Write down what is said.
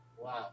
Wow